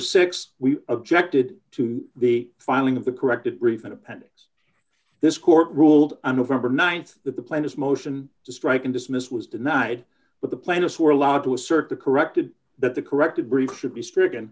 six we objected to the filing of the corrected brief and appendix this court ruled on november th that the plan is motion to strike and dismiss was denied but the plaintiffs were allowed to assert the corrected that the corrected brief should be stricken